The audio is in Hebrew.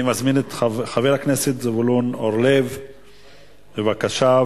אני מזמין את חבר הכנסת זבולון אורלב, בבקשה.